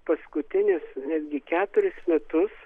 paskutinius netgi keturis metus